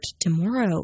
tomorrow